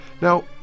Now